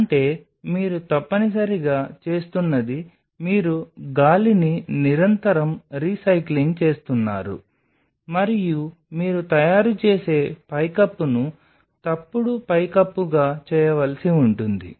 అంటే మీరు తప్పనిసరిగా చేస్తున్నది మీరు గాలిని నిరంతరం రీసైక్లింగ్ చేస్తున్నారు మరియు మీరు తయారు చేసే పైకప్పును తప్పుడు పైకప్పుగా చేయవలసి ఉంటుంది